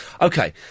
Okay